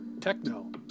techno